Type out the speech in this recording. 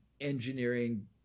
engineering